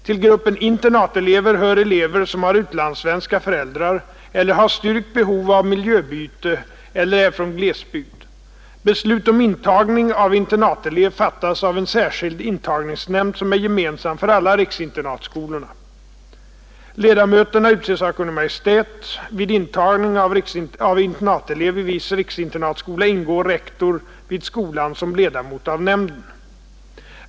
Till gruppen internatelever hör elever som har utlandssvenska föräldrar eller har styrkt behov av miljöbyte eller är från glesbygd. Beslut om intagning av internatelever fattas av en särskild intagningsnämnd, som är gemensam för alla riksinternatskolorna. Ledamöterna utses av Kungl. Maj:t. Vid intagning av internatelev i viss riksinternatskola ingår rektor vid skolan som ledamot av nämnden.